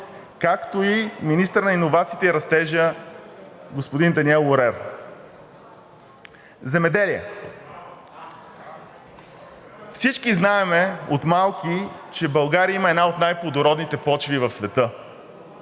както и министър на иновациите и растежа господин Даниел Лорер. Земеделие. Всички от малки знаем, че България има една от най-плодородните почви в света.